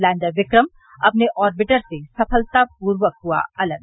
lander Vikram अपने orbiter से सफलतापूर्वक हुआ अलग